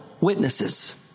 witnesses